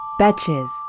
Batches